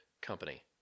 company